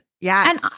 Yes